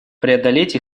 преодолеть